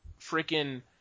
freaking –